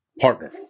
partner